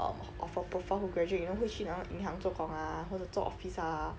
um of her profile who graduate you know 会去那种银行做工 ah 或者做 office ah